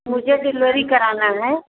मुझे भी डिलोड़ी कराना है